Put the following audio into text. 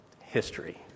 History